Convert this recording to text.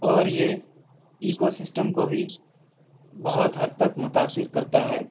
اور یہ ecosystem كو بھی بہت حد تک متأثر كرتا ہے